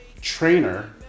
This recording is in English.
trainer